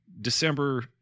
December